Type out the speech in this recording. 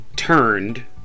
turned